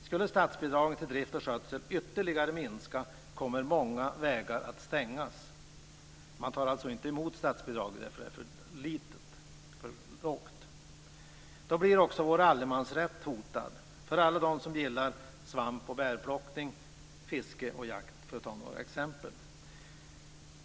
Skulle statsbidragen till drift och skötsel ytterligare minska kommer många vägar att stängas. Man tar alltså inte emot ett alltför lågt statsbidrag. Då blir också vår allemansrätt hotad, till nackdel för alla som gillar svamp och bärplockning, fiske och jakt, för att ta några exempel.